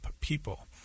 people